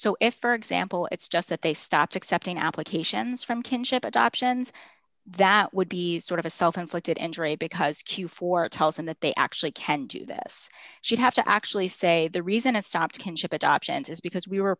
so if for example it's just that they stopped accepting applications from kinship adoptions that would be sort of a self inflicted injury because q four tells them that they actually can do this she'd have to actually say the reason to stop kinship adoptions is because we were